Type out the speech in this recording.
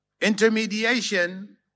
intermediation